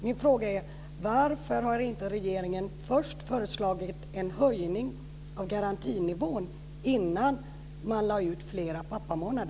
Min fråga är: Varför har regeringen inte först föreslagit en höjning av garantinivån innan man föreslog ytterligare en pappamånad?